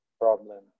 problem